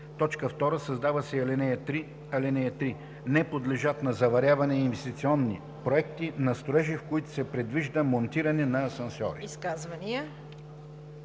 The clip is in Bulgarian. срок“. 2. Създава се ал. 3: „(3) Не подлежат на заверяване инвестиционни проекти на строежи, в които се предвижда монтиране на асансьори.“